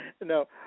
No